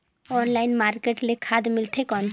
Online market ले खाद मिलथे कौन?